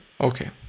Okay